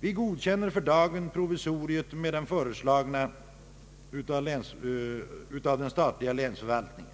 Vi godkänner för dagen provisoriet med den föreslagna förändringen av den statliga länsförvaltningen